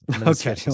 Okay